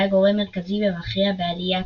והיה גורם מרכזי ומכריע בעליית